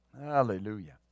hallelujah